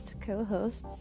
co-hosts